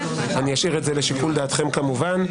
אני אשאיר את זה לשיקול דעתכם, כמובן.